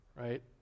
Right